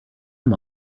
him